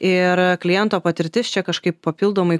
ir kliento patirtis čia kažkaip papildomai